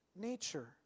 nature